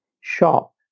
shop